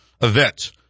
event